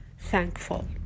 thankful